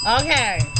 Okay